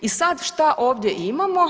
I sad šta ovdje imamo?